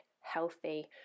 healthy